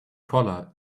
collar